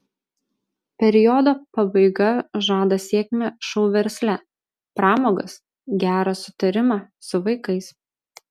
periodo pabaiga žada sėkmę šou versle pramogas gerą sutarimą su vaikais